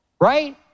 right